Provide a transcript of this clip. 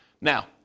Now